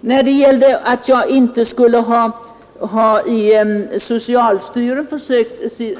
När herr Karlsson i Huskvarna påstår att jag inte